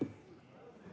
Merci